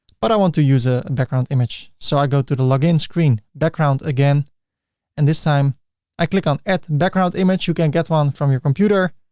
but i want to use a and background image. so i go to the login screen, background again and this time i click on add background image, you can get one from your computer.